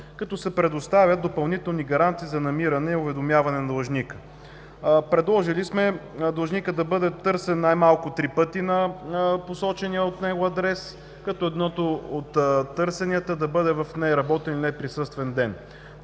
като се предоставят допълнителни гаранции за намиране и уведомяваме на длъжника. Предложили сме длъжникът да бъде търсен най-малко три пъти на посочения от него адрес, като едното от търсенията да бъде в неработен и неприсъствен ден.